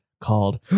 called